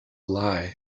lie